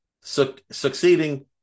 succeeding